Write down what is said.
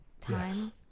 time